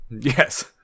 Yes